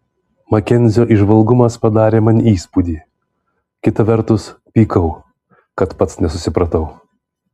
makenzio įžvalgumas padarė man įspūdį kita vertus pykau kad pats nesusipratau